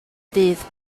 ddydd